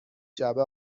جعبه